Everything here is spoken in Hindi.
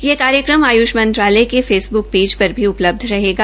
यह कार्यक्रम आयुष मंत्रालय के फेसबूक पेज पर भी उपलब्ध रहेगा